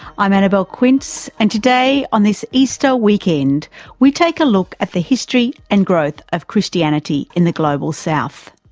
i'm annabelle quince and today on this easter weekend we take a look at the history and growth of christianity in the global south.